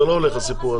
זה לא הולך הסיפור הזה.